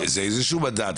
זה איזשהו מדד,